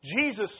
Jesus